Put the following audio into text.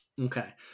Okay